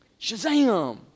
shazam